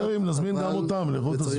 נזמין גם את איכות הסביבה.